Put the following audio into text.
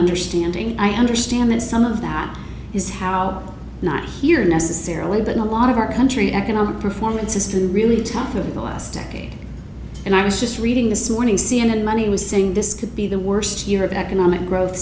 understanding i understand that some of that is how not here necessarily but a lot of our country economic performance is the really tough of the last decade and i was just reading this morning c n n money was saying this could be the worst year of economic growth